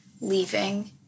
leaving